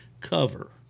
cover